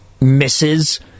misses